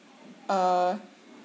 err